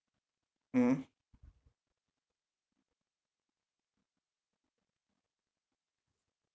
mmhmm